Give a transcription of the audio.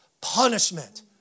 punishment